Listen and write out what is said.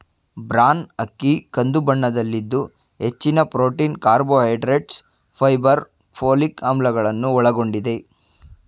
bran ಅಕ್ಕಿ ಕಂದು ಬಣ್ಣದಲ್ಲಿದ್ದು ಹೆಚ್ಚಿನ ಪ್ರೊಟೀನ್, ಕಾರ್ಬೋಹೈಡ್ರೇಟ್ಸ್, ಫೈಬರ್, ಪೋಲಿಕ್ ಆಮ್ಲಗಳನ್ನು ಒಳಗೊಂಡಿದೆ